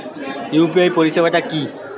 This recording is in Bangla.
ইউ.পি.আই পরিসেবাটা কি?